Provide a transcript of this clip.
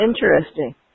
interesting